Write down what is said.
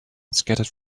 scattered